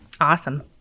Awesome